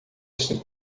este